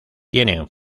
tienen